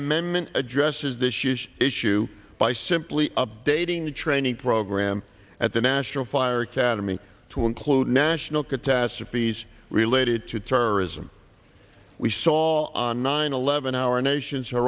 amendment addresses this huge issue by simply updating the training program at the national fire academy to include national catastrophes related to terrorism we saw on nine eleven our nation's her